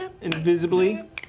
invisibly